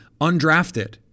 undrafted